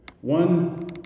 one